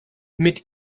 mit